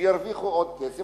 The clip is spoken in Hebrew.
ירוויחו עוד כסף,